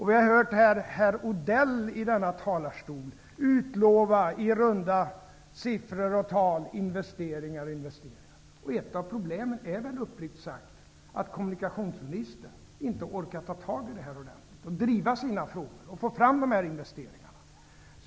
Vi har hört herr Odell i denna talarstol ulova i runda siffror och tal investeringar och investeringar. Ett av problemen är uppriktigt sagt att kommunikationsministern inte orkar ta tag i och driva sina frågor ordentligt för att få fram de här investeringarna.